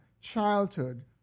childhood